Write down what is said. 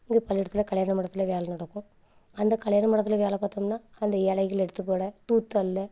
இங்கே பள்ளிக்கூடத்தில் கல்யாண மண்டபத்தில் வேலை நடக்கும் அந்த கல்யாண மண்டபத்தில் வேலை பார்த்தம்னா அந்த இலைகள எடுத்து போட தூத்தள்ள